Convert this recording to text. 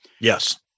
yes